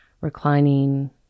reclining